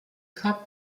cup